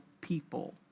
people